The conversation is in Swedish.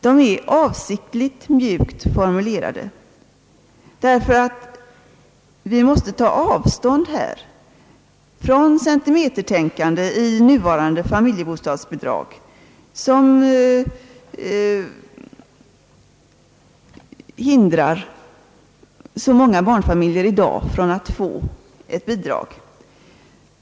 De är avsiktligt mjukt formulerade, därför att vi måste ta avstånd här från det centimetertänkande i nuvarande familjebostadsbidrag som hindrar så många barnfamiljer att i dag få ett bidrag.